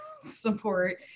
support